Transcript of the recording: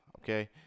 Okay